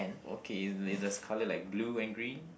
okay is is the colour like blue and green